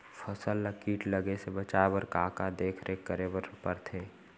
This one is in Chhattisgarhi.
फसल ला किट लगे से बचाए बर, का का देखरेख करे बर परथे?